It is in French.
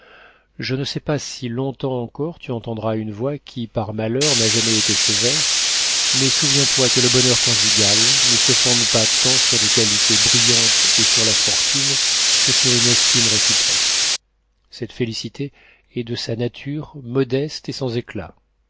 je ne sais pas si longtemps encore tu entendras une voix qui par malheur n'a jamais été sévère mais souviens-toi que le bonheur conjugal ne se fonde pas tant sur des qualités brillantes et sur la fortune que sur une estime réciproque cette félicité est de sa nature modeste et sans éclat